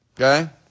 Okay